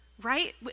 right